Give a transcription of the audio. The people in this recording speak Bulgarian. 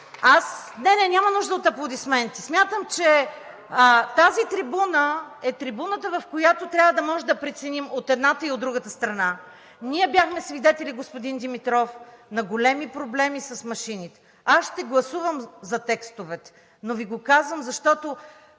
Не, няма нужда от аплодисменти. Смятам, че тази трибуна, е трибуната, от която трябва да може да преценим от едната и от другата страна. Ние бяхме свидетели, господин Димитров, на големи проблеми с машините. Аз ще гласувам за текстовете, но Ви го казвам, защото